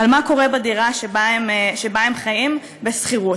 על מה קורה בדירה שהם חיים בה בשכירות.